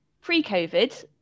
pre-COVID